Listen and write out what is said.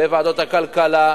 בוועדת הכלכלה,